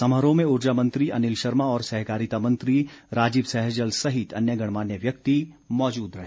समारोह में ऊर्जा मंत्री अनिल शर्मा और सहकारिता मंत्री राजीव सहजल सहित अन्य गणमान्य व्यक्ति मौजूद रहे